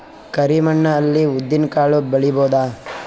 ಕರಿ ಮಣ್ಣ ಅಲ್ಲಿ ಉದ್ದಿನ್ ಕಾಳು ಬೆಳಿಬೋದ?